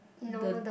the